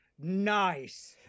Nice